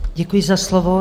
Děkuji za slovo.